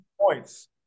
points